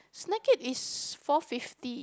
snack it is four fifty